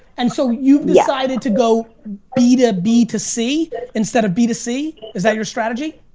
and so you've decided to go b to b to c instead of b to c? is that your strategy?